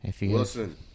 Wilson